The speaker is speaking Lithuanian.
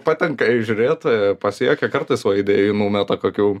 patinka jai žiūrėt pasijuokia kartais va ir numeta kokių